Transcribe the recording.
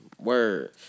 Word